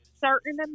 certain